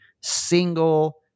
single